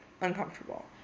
uncomfortable